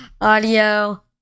audio